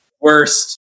worst